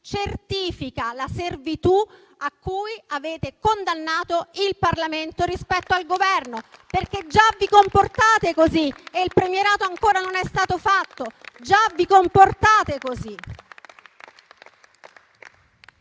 certifica la servitù a cui avete condannato il Parlamento rispetto al Governo, perché già vi comportate così e il premierato ancora non è stato approvato.